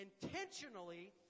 intentionally